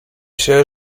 się